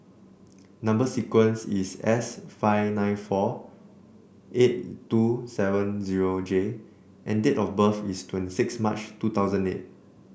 number sequence is S five nine four eight two seven zero J and date of birth is twenty sixth March two thousand eight